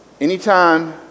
Anytime